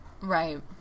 right